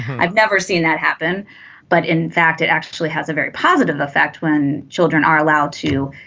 i've never seen that happen but in fact it actually has a very positive effect when children are allowed to